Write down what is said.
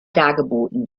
dargeboten